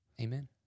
Amen